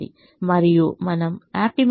మరియు మనం ఆప్టిమమ్ లో X1 3 అని కూడా చెప్పాము